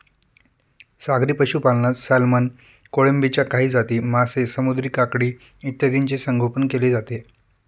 सागरी पशुपालनात सॅल्मन, कोळंबीच्या काही जाती, मासे, समुद्री काकडी इत्यादींचे संगोपन केले जाते